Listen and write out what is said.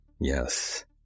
Yes